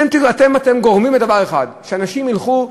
כן, אתם גורמים לדבר אחד, שאנשים ילכו,